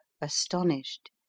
astonished